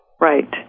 Right